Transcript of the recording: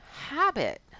habit